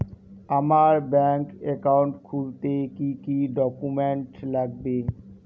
আমার bank account খুলতে কি কি ডকুমেন্ট লাগবে?